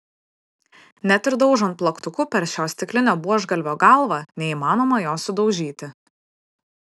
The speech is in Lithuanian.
net ir daužant plaktuku per šio stiklinio buožgalvio galvą neįmanoma jo sudaužyti